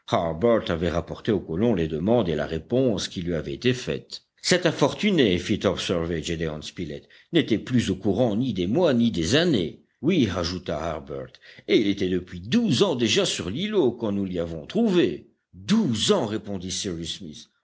avait rapporté aux colons les demandes et la réponse qui lui avaient été faites cet infortuné fit observer gédéon spilett n'était plus au courant ni des mois ni des années oui ajouta harbert et il était depuis douze ans déjà sur l'îlot quand nous l'y avons trouvé douze ans répondit